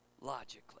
logically